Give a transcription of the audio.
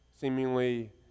seemingly